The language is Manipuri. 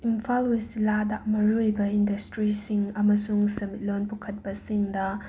ꯏꯝꯐꯥꯜ ꯋꯦꯁ ꯖꯤꯂꯥꯗ ꯃꯔꯨꯑꯣꯏꯕ ꯏꯟꯗꯁꯇ꯭ꯔꯤꯁꯤꯡ ꯑꯃꯁꯨꯡ ꯁꯦꯟꯃꯤꯠꯂꯣꯟ ꯄꯨꯈꯠꯄꯁꯤꯡꯗ